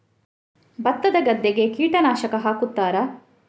ಭತ್ತದ ಗದ್ದೆಗೆ ಕೀಟನಾಶಕ ಹಾಕುತ್ತಾರಾ?